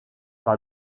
par